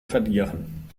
verlieren